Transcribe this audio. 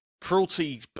cruelty